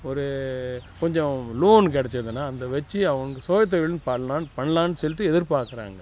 ஒரு கொஞ்சம் லோன் கிடைச்சதுனா அந்த வச்சு அவனுக்கு சுய தொழில்ன்னு பண்ணலாம் பண்ணலான் சொல்லிட்டு எதிர் பார்க்குறாங்க